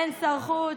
אין שר חוץ,